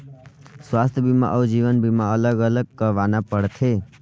स्वास्थ बीमा अउ जीवन बीमा अलग अलग करवाना पड़थे?